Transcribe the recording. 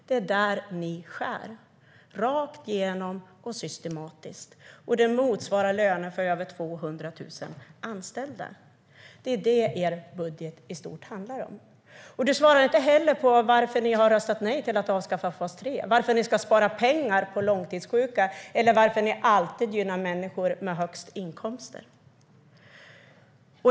Det är där Sverigedemokraterna skär, rakt igenom och systematiskt, och det motsvarar löner för över 200 000 anställda. Det är det deras budget i stort handlar om. Oscar Sjöstedt svarar inte heller på varför de har röstat nej till att avskaffa fas 3, varför de ska spara pengar på långtidssjuka eller varför de alltid gynnar människor med högst inkomster.